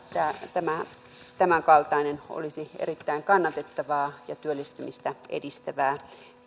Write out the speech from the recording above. minusta tämänkaltainen olisi erittäin kannatettavaa ja työllistymistä edistävää